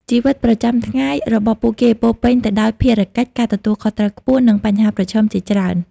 ជីវិតប្រចាំថ្ងៃរបស់ពួកគេពោរពេញទៅដោយភារកិច្ច ការទទួលខុសត្រូវខ្ពស់ និងបញ្ហាប្រឈមជាច្រើន។